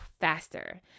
faster